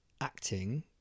acting